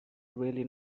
really